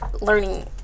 learning